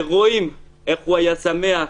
ורואים איך הוא היה שמח,